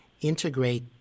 integrate